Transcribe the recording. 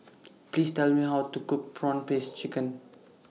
Please Tell Me How to Cook Prawn Paste Chicken